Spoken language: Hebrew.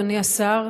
אדוני השר,